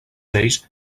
ells